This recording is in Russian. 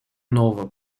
нового